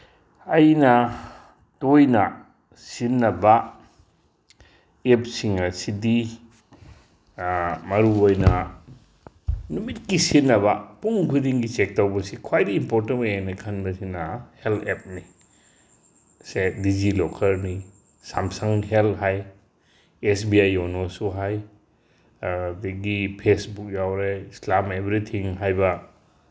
ꯑꯩꯅ ꯇꯣꯏꯅ ꯁꯤꯖꯤꯟꯅꯕ ꯑꯦꯞꯁꯤꯡ ꯑꯁꯤꯗꯤ ꯃꯔꯨꯑꯣꯏꯅ ꯅꯨꯃꯤꯠꯀꯤ ꯁꯤꯖꯤꯟꯅꯕ ꯄꯨꯡ ꯈꯨꯗꯤꯡꯒꯤ ꯆꯦꯛ ꯇꯧꯕꯁꯤ ꯈ꯭ꯋꯥꯏꯗꯒꯤ ꯏꯝꯄꯣꯔꯇꯦꯟ ꯑꯣꯏꯑꯦꯅ ꯈꯟꯕꯁꯤꯅ ꯍꯦꯜꯠ ꯑꯦꯞꯅꯤ ꯁꯦ ꯗꯤ ꯖꯤ ꯂꯣꯀꯔꯅꯤ ꯁꯝꯁꯪ ꯍꯦꯜꯠ ꯍꯥꯏ ꯑꯦꯁ ꯕꯤ ꯑꯥꯏ ꯌꯣꯅꯣꯁꯨ ꯍꯥꯏ ꯑꯗꯒꯤ ꯐꯦꯁꯕꯨꯛ ꯌꯥꯎꯔꯦ ꯏꯁꯂꯥꯝ ꯑꯦꯕ꯭ꯔꯤꯊꯤꯡ ꯍꯥꯏꯕ